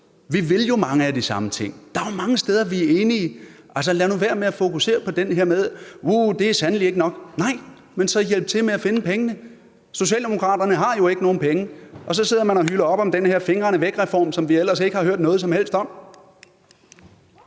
Vi vil jo mange af de samme ting, der er jo mange steder, vi er enige. Lad nu være med at fokusere på den her med: Uhh, det er sandelig ikke nok. Nej, men så hjælp til med at finde pengene. Socialdemokraterne har jo ikke nogen penge, og så sidder man og hyler op om den her fingrene væk-reform, som vi ellers ikke har hørt noget som helst om.